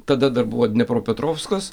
tada dar buvo dniepropetrovskas